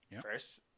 First